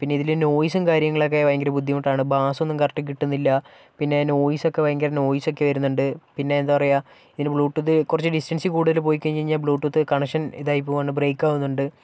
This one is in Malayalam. പിന്നെ ഇതിലെ നോയിസും കാര്യങ്ങളൊക്കെ ഭയങ്കര ബുദ്ധിമുട്ടാണ് ബാസ്സൊന്നും കറക്ട് കിട്ടുന്നില്ല പിന്നെ നോയിസൊക്കെ ഭയങ്കര നോയിസൊക്കെ വരുന്നുണ്ട് പിന്നെ എന്താ പറയുക ഇതിനു ബ്ലുടൂത്ത് കുറച്ച് ഡിസ്റ്റൻസ് കൂടുതല് പോയി കഴിഞ്ഞുകഴിഞ്ഞാൽ ബ്ലൂടൂത്ത് കണക്ഷൻ ഇതായിപ്പോവാണ് ബ്രേക്കാവുന്നുണ്ട്